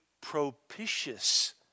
propitious